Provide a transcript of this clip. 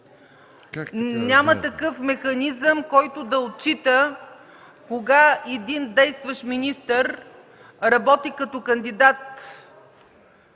Няма такъв механизъм, който да отчита кога един действащ министър работи като кандидат